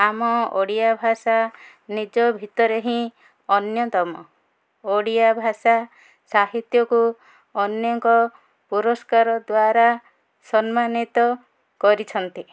ଆମ ଓଡ଼ିଆ ଭାଷା ନିଜ ଭିତରେ ହିଁ ଅନ୍ୟତମ ଓଡ଼ିଆ ଭାଷା ସାହିତ୍ୟକୁ ଅନେକ ପୁରସ୍କାର ଦ୍ୱାରା ସମ୍ମାନିତ କରିଛନ୍ତି